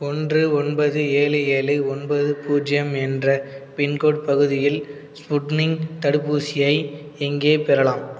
ஒன்று ஒன்பது ஏழு ஏழு ஒன்பது பூஜ்ஜியம் என்ற பின்கோடு பகுதியில் ஸ்புட்னிக் தடுப்பூசியை எங்கே பெறலாம்